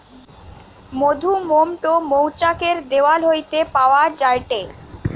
মধুমোম টো মৌচাক এর দেওয়াল হইতে পাওয়া যায়টে